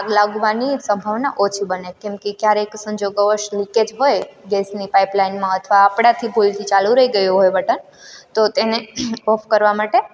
આગ લાગવાની સંભાવના ઓછી બને કેમકે ક્યારેક સંજોગોવશ લીકેજ હોય ગેસની પાઇપ લાઇનમાં અથવા આપણાથી ભૂલથી ચાલુ રહી ગયું હોય બટન તો તેને ઓફ કરવા માટે